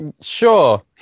Sure